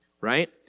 right